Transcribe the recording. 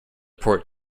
port